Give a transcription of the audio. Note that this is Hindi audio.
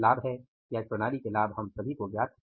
लाभ है या इस प्रणाली के लाभ हम सभी को ज्ञात हैं